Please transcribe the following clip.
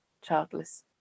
childless